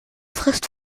frist